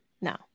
No